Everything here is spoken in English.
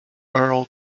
earl